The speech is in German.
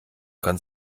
kann